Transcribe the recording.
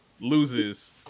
loses